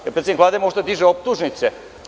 Da li predsednik Vlade može da diže optužnice?